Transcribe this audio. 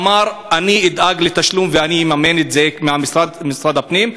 אמר: אני אדאג לתשלום ואני אממן את זה ממשרד הפנים.